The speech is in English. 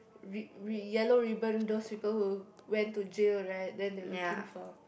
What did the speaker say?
ri~ ri~ Yellow Ribbon those people who went to jail right then they looking for